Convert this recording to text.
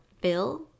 bill